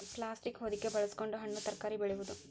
plastic ಹೊದಿಕೆ ಬಳಸಕೊಂಡ ಹಣ್ಣು ತರಕಾರಿ ಬೆಳೆಯುದು